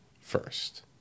first